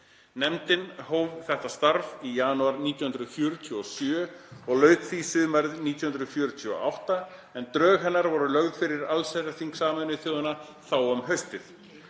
Nefndin hóf þetta starf í janúar 1947 og lauk því sumarið 1948, en drög hennar voru lögð fyrir allsherjarþing Sameinuðu þjóðanna þá um haustið.